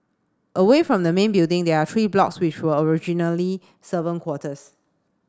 away from the main building there are three blocks which were originally servant quarters